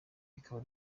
rikaba